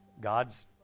God's